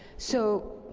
so,